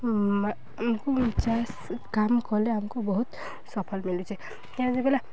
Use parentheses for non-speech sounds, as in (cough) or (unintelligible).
ଆମ୍କୁ (unintelligible) କାମ୍ କଲେ ଆମ୍କୁ ବହୁତ୍ ସଫଲ୍ ମିଲୁଛେ କାଇଁ ଯେ ବିଲ